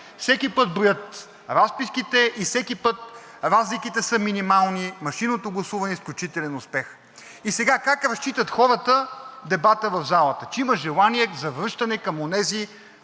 всеки път броят разписките и всеки път разликите са минимални, машинното гласуване е изключителен успех. И сега как разчитат хората дебата в залата? Че има желание за връщане към онези